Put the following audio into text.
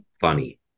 funny